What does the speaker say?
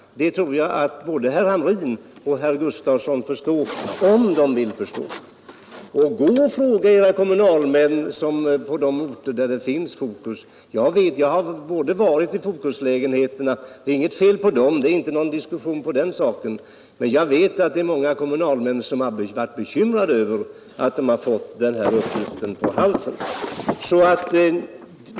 Det tror jag både herr Hamrin och herr Gustavsson i Alvesta förstår, om de vill förstå. Fråga kommunalmän på de orter där Fokus finns. Jag har besökt Fokuslägenheter. Det är inget fel på dem. Men jag vet att många kommunalmän har varit bekymrade över att de fått denna uppgift på halsen.